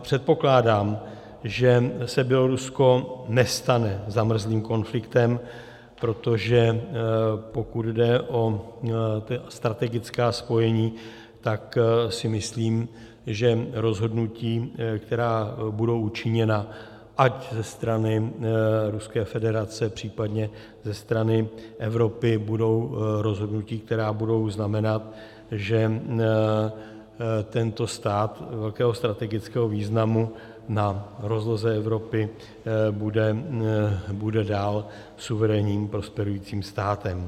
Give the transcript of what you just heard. Předpokládám, že se Bělorusko nestane zamrzlým konfliktem, protože pokud jde o strategická spojení, tak si myslím, že rozhodnutí, která budou učiněna ať ze strany Ruské federace, případně ze strany Evropy, budou rozhodnutí, která budou znamenat, že tento stát velkého strategického významu na rozloze Evropy bude dál suverénním prosperujícím státem.